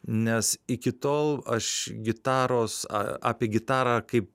nes iki tol aš gitaros a apie gitarą kaip